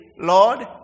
Lord